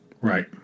Right